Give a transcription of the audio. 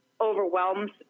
overwhelms